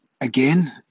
again